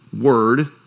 Word